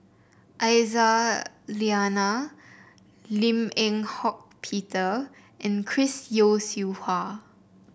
Aisyah Lyana Lim Eng Hock Peter and Chris Yeo Siew Hua